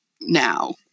now